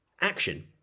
action